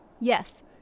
Yes